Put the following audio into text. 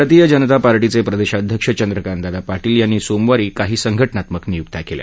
भारतीय जनता पार्शीचे प्रदेशाध्यक्ष चंद्रकांतदादा पारील यांनी सोमवारी काही संघ नात्मक नियुक्त्या केल्या